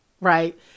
right